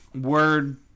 Word